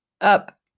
up